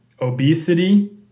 obesity